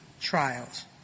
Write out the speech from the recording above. trials